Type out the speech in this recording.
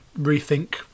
rethink